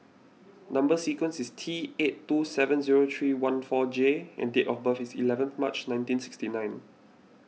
Number Sequence is T eight two seven zero three one four J and date of birth is eleven March nineteen sixty nine